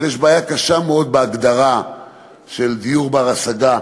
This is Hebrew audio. אבל יש בעיה קשה מאוד בהגדרה של דיור בר-השגה,